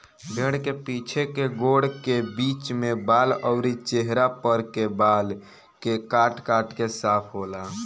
भेड़ के पीछे के गोड़ के बीच में बाल अउरी चेहरा पर के बाल के काट काट के साफ होला